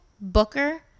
Booker